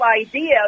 idea